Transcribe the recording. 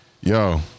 Yo